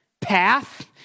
path